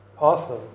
Awesome